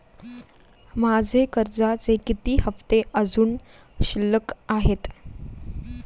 माझे कर्जाचे किती हफ्ते अजुन शिल्लक आहेत?